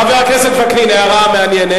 חבר הכנסת וקנין, הערה מעניינת.